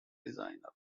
designer